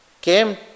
came